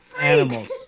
Animals